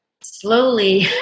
slowly